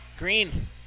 Green